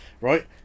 right